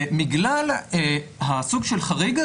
בגלל הסוג שלך חריג,